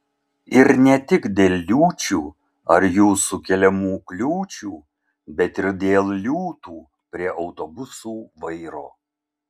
ir ne tik dėl liūčių ar jų sukeliamų kliūčių bet ir dėl liūtų prie autobusų vairo